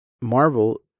Marvel